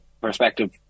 perspective